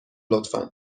لطفا